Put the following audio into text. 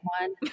one